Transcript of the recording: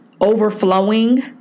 Overflowing